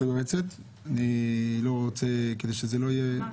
-- טען שזה נושא חדש?